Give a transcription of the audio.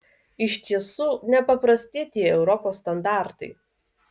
iš tiesų neprasti tie europos standartai